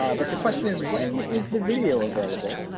um but the question is when is the video available?